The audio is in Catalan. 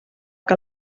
que